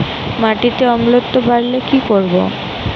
মাটিতে অম্লত্ব বাড়লে কি করব?